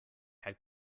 had